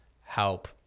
help